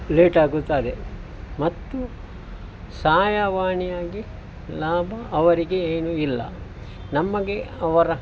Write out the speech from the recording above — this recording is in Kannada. ಲೇಟ್ ಆಗುತ್ತಾರೆ ಮತ್ತು ಸಹಾಯವಾಣಿ ಆಗಿ ಲಾಭ ಅವರಿಗೆ ಏನೂ ಇಲ್ಲ ನಮಗೆ ಅವರ